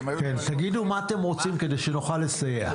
כן, תגידו מה אתם רוצים, כדי שנוכל לסייע.